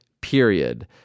period